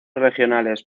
regionales